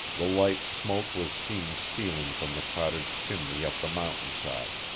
the light smoke was seen stealing from the cottage chimney up the mountain side.